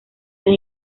las